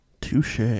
Touche